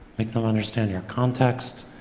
make them understand your context.